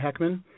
Heckman